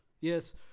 Yes